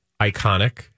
iconic